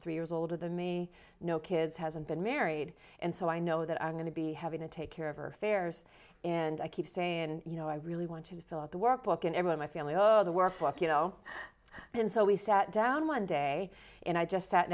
three years older than me no kids hasn't been married and so i know that i'm going to be having to take care of her affairs and i keep saying you know i really want to fill out the workbook and everyone my family of the workbook you know and so we sat down one day and i just sat